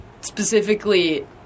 specifically